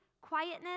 quietness